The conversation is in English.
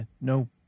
No